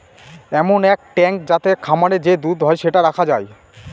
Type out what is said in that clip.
এমন এক ট্যাঙ্ক যাতে খামারে যে দুধ হয় সেটা রাখা যায়